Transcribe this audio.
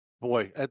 Boy